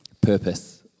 purpose